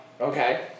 Okay